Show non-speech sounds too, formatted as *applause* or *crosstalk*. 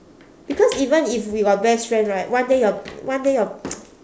because even if we got best friend right one day your one day your *noise*